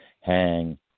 Hang